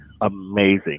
Amazing